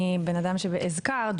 מבן אדם שהזכרת,